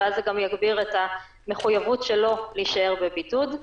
ואז זה גם יגביר את המחויבות שלו להישאר בבידוד.